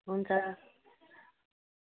हुन्छ